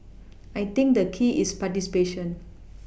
I think the key is participation